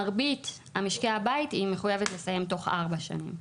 מרבית משקי הבית, היא מחויבת לסיים תוך ארבע שנים.